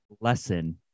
lesson